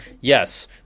yes